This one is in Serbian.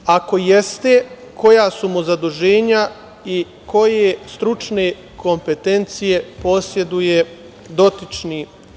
Ako jeste, koja su mu zaduženja i koje stručne kompetencije poseduje dotični?